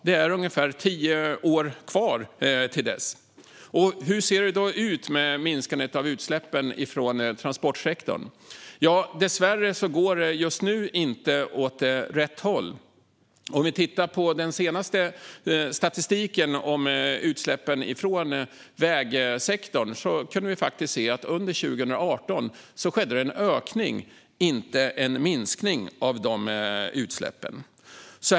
Det är ungefär tio år kvar till dess. Hur ser det då ut med minskandet av utsläppen från transportsektorn? Dessvärre går det just nu inte åt rätt håll. Om vi tittar på den senaste statistiken över utsläppen från vägsektorn kan vi se att det under 2018 skedde en ökning, och inte en minskning.